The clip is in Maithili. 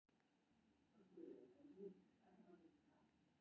बैंक मे अहां केर मोबाइल नंबर जरूर पंजीकृत हेबाक चाही